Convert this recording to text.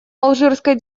алжирской